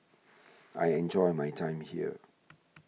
I enjoy my time here